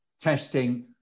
testing